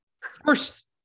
first